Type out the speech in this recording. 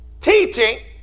teaching